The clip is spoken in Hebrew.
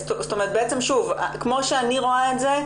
בעצם שוב, כמו שאני רואה את זה,